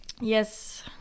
Yes